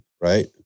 right